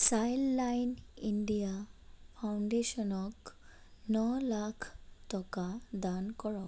Childline India ফাউণ্ডেশ্যনক ন লাখ টকা দান কৰক